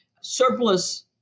surplus